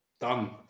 Done